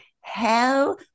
hell